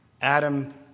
Adam